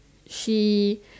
she